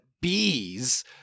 bees